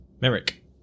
Merrick